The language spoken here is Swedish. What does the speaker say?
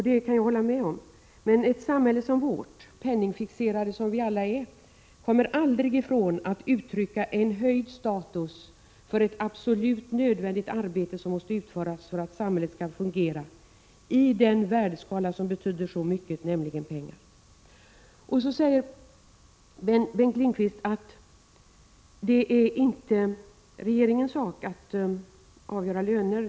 Det kan jag hålla med om, men ett samhälle som vårt — penningfixerade som vi är — kommer aldrig ifrån att uttrycka en höjd status för ett absolut nödvändigt arbete, som måste utföras för att samhället skall fungera, i den värdeskala som betyder så mycket, nämligen pengar. Vidare säger Bengt Lindqvist att det inte är regeringens sak att avgöra lönerna.